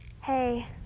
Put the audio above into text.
Hey